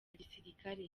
gisirikare